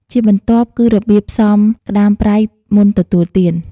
ជាបន្ទាប់គឺ របៀបផ្សំក្តាមប្រៃមុនទទួលទាន។